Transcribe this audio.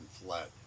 fled